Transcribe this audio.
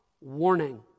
warning